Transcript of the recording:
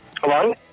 Hello